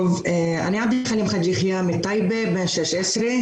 אני עבד אלחלים חאג' יחיא מטייבה, בן 16,